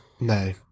No